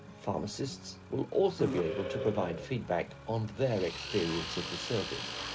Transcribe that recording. pharmacists will also be able to provide feedback on their experience of the service.